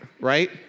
right